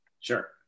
Sure